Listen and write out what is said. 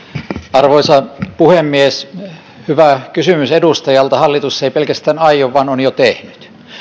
arvoisa puhemies hyvä kysymys edustajalta hallitus ei pelkästään aio vaan on jo tehnyt